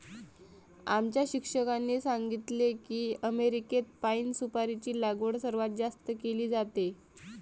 आमच्या शिक्षकांनी सांगितले की अमेरिकेत पाइन सुपारीची लागवड सर्वात जास्त केली जाते